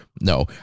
No